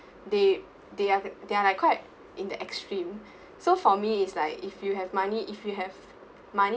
they they're the they're like quite in the extreme so for me is like if you have money if you have money